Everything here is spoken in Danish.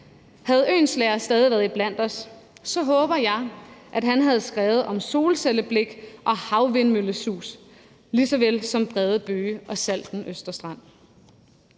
Havde Oehlenschläger stadig været iblandt os, håber jeg, at han havde skrevet om solcelleblik og havvindmøllesus lige såvel som brede bøge og salten østerstrand.